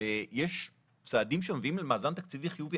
נראה צעדים שמביאים למאזן תקציבי חיובי.